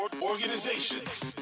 Organizations